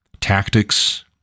Tactics